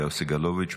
יואב סגלוביץ',